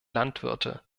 landwirte